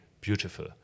beautiful